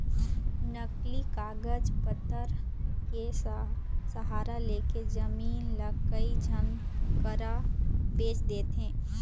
नकली कागज पतर के सहारा लेके जमीन ल कई झन करा बेंच देथे